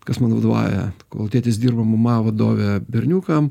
kas man vadovauja kol tėtis dirba mama vadovė berniukam